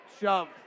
shove